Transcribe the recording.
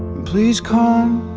please come